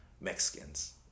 Mexicans